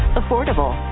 affordable